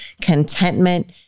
contentment